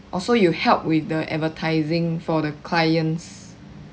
oh so you help with the advertising for the clients